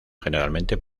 generalmente